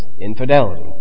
infidelity